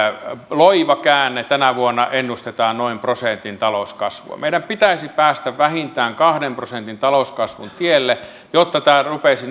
loiva käänne tänä vuonna ennustetaan noin prosentin talouskasvua meidän pitäisi päästä vähintään kahden prosentin talouskasvun tielle jotta tämä rupeaisi